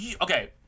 okay